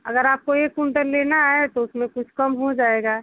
अगर आपको एक कुंटल लेना है तो उसमें कुछ कम हो जाएगा